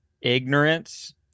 Ignorance